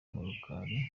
murukali